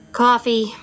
coffee